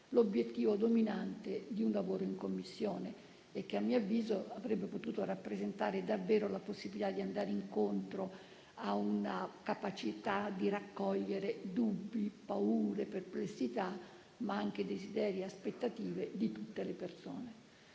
l'obiettivo dominante di un lavoro in Commissione e che a mio avviso avrebbe potuto rappresentare davvero la possibilità di andare incontro a una capacità di raccogliere dubbi, paure, perplessità, ma anche desideri e aspettative di tutte le persone.